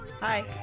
Hi